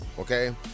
okay